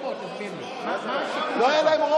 ואז הגיע השר,